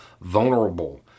vulnerable